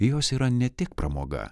jos yra ne tik pramoga